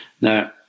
Now